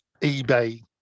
ebay